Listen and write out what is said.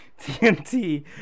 TNT